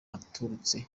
yaturutse